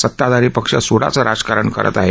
सताधारी पक्ष सूडाचं राजकारण करत आहे